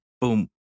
boom